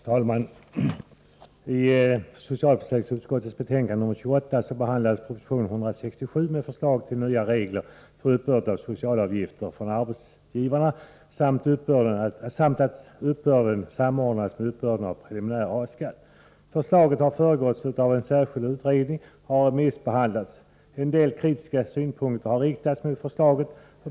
Herr talman! Socialförsäkringsutskottets betänkande 28 behandlar proposition 167 med förslag till nya regler för uppbörd av socialavgifter från arbetsgivare samt förslag att samordna denna uppbörd med uppbörden av preliminär A-skatt. Förslagen har föregåtts av en särskild utredning och har remissbehandlats. En del kritiska synpunkter har riktats mot förslagen.